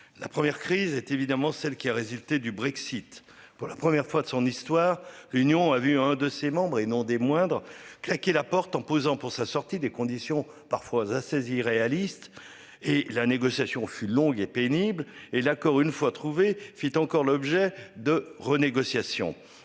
la première crise est évidemment celle qui a résulté du Brexit. Pour la première fois de son histoire union a vu un de ses membres, et non des moindres claqué la porte en posant pour sa sortie des conditions parfois a saisi réaliste et la négociation fut longue et pénible et l'accord une fois trouvé fait encore l'objet de renégociation.